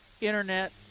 internet